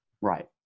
Right